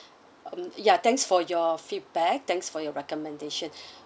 um ya thanks for your feedback thanks for your recommendation